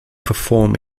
perform